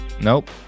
Nope